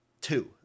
two